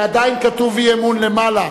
עדיין כתוב "אי-אמון" למעלה.